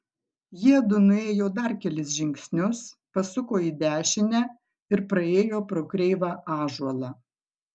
jiedu nuėjo dar kelis žingsnius pasuko į dešinę ir praėjo pro kreivą ąžuolą